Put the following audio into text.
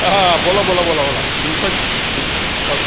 आहां बोला बोला बोला बोला तुमचंच